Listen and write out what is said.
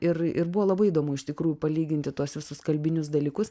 ir ir buvo labai įdomu iš tikrųjų palyginti tuos visus kalbinius dalykus